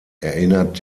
erinnert